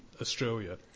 Australia